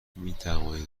میتوانید